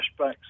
flashbacks